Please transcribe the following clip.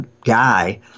guy